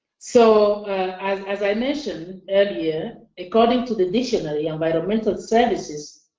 so as as i mentioned earlier, according to the dictionary, environmental services